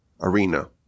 arena